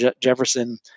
Jefferson